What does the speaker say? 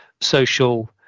social